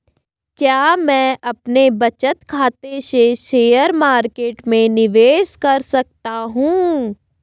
क्या मैं अपने बचत खाते से शेयर मार्केट में निवेश कर सकता हूँ?